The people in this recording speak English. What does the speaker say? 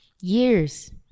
Years